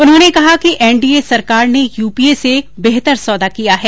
उन्होंने कहा कि एनडीए सरकार ने यूपीए से बेहतर सौदा किया है